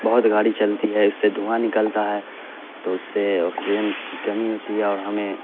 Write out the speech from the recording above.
بہت گاڑی چلتی ہے اس سے دھواں نکلتا ہے تو اس سے آکسیجن کی کمی ہوتی ہے اور ہمیں